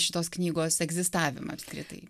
šitos knygos egzistavimą apskritai